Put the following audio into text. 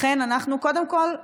לכן אנחנו קודם כול,